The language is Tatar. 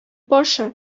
башы